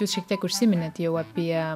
jūs šiek tiek užsiminėt jau apie